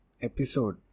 episode